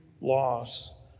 loss